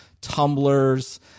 tumblers